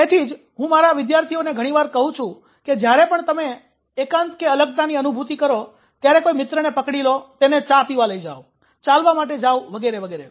તેથી જ હું મારા વિદ્યાર્થીઓને ઘણીવાર કહું છુ કે જ્યારે પણ તમે એકાંતઅલગતાની અનુભૂતિ કરો ત્યારે કોઈ મિત્રને પકડી લો તેને ચા પીવા લઈ જાવ ચાલવા માટે જાવ વગેરે